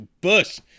Bush